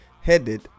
headed